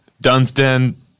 Dunstan